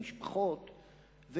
המשפחות,